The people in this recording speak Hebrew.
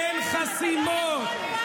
אין חסימות.